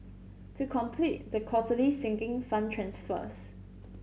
to complete the quarterly Sinking Fund transfers